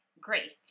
Great